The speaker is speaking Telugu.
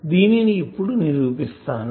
దీనిని ఇప్పుడు నిరూపిస్తాను